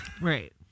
Right